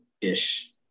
ish